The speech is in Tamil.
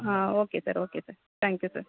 ah okay sir okay sir thank you sir